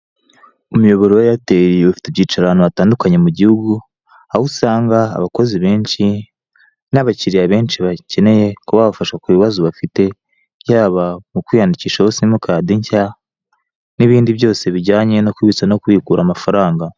Umuyoboro wa aitel ufite ibyicaro bitandukanye mu gihugu aho usanga abakozi benshi n'abakiriya benshi babakeneye kuba babafasha ku bibazo bafite yaba mu kwiyandikishaho simukadi nshya n'ibindi byose bijyanye no kubitsa no kubikura amafaranga.